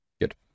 good